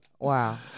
Wow